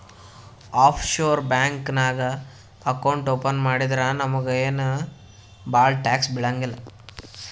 of sure bank ನಾಗ್ account open ಮಾಡಿದ್ರ ನಮುಗ ಏನ್ ಭಾಳ ಟ್ಯಾಕ್ಸ್ ಬೀಳಂಗಿಲ್ಲ